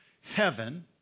heaven